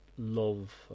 love